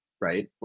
right